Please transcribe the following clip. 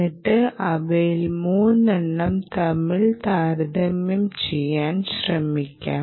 എന്നിട്ട് അവയിൽ 3 എണ്ണം തമ്മിൽ താരതമ്യം ചെയ്യാൻ ശ്രമിക്കാം